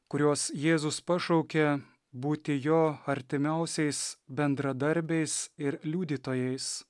kuriuos jėzus pašaukė būti jo artimiausiais bendradarbiais ir liudytojais